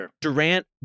Durant